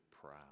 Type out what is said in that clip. proud